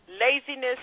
laziness